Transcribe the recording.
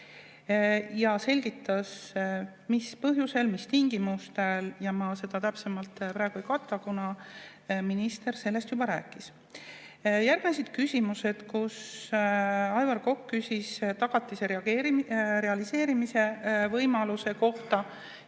Ta selgitas põhjusi ja tingimusi. Ma seda täpsemalt praegu ei kata, kuna minister sellest juba rääkis. Järgnesid küsimused. Aivar Kokk küsis tagatise realiseerimise võimaluse kohta.